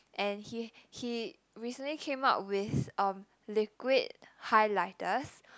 and he he recently came out with um liquid highlighters